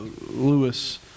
Lewis